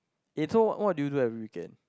eh so what do you do every weekend